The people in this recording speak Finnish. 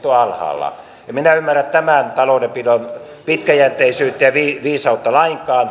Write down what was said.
en minä ymmärrä tämän taloudenpidon pitkäjänteisyyttä ja viisautta lainkaan